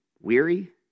weary